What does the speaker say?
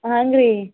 ಹಾಂಗೆ ರೀ